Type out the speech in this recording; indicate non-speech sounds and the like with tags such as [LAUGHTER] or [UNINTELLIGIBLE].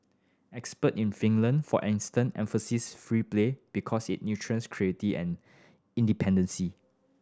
expert in Finland for instance emphasise free play because it [UNINTELLIGIBLE] creativity and independence